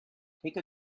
take